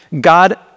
God